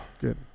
good